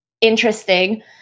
interesting